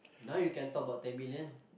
now you can talk about ten millions